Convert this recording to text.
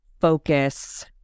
focus